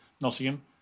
Nottingham